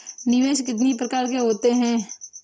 निवेश कितनी प्रकार के होते हैं?